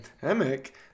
pandemic